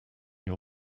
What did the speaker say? your